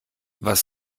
was